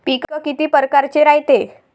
पिकं किती परकारचे रायते?